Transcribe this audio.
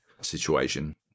situation